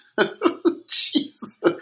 Jesus